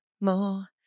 more